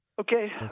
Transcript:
Okay